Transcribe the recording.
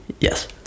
Yes